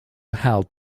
held